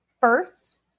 first